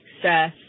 success